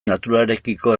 naturarekiko